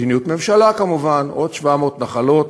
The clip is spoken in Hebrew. מדיניות ממשלה כמובן, עוד 700 נחלות